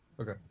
Okay